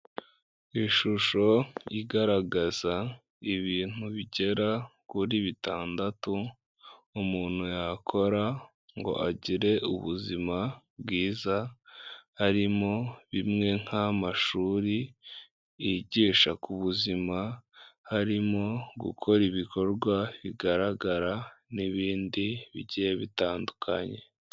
Ishusho igaragaza ibintu bigera kuri bitandatu, umuntu yakora ngo agire ubuzima bwiza, harimo bimwe nk'amashuri yigisha ku buzima, harimo gukora ibikorwa bigaragara, n'ibindi bigiye bitandukanye.